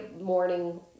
morning